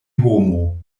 homo